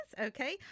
okay